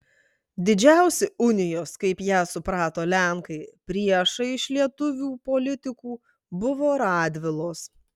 didžiausi unijos kaip ją suprato lenkai priešai iš lietuvių politikų buvo radvilos